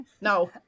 No